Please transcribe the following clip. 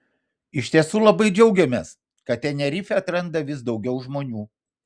iš tiesų labai džiaugiamės kad tenerifę atranda vis daugiau žmonių